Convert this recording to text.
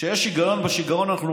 באמת?